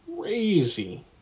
crazy